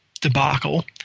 debacle